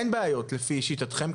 אין בעיות לפי שיטתכם,